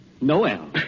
Noel